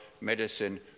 medicine